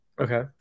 Okay